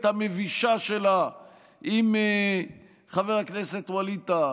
והמבישה שלה עם חבר הכנסת ווליד טאהא.